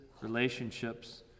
relationships